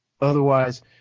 Otherwise